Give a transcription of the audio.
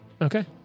okay